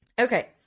Okay